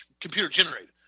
computer-generated